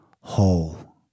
whole